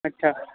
अच्छा